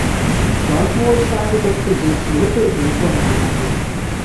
jos buvo išraižytos puikiais liūtų ir grifų ornamentais